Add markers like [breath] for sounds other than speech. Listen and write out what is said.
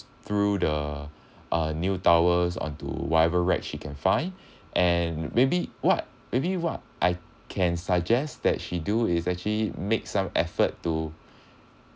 threw the [breath] uh new towers onto whatever rack she can find [breath] and maybe what maybe what I can suggest that she do is actually make some effort to [breath]